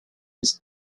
his